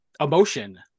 emotion